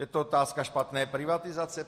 Je to otázka špatné privatizace?